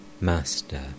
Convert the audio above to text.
Master